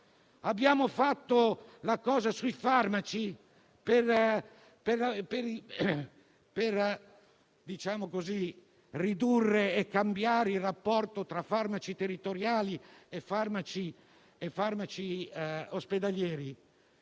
Siamo intervenuti sui farmaci, per ridurre e cambiare il rapporto tra farmaci territoriali e farmaci ospedalieri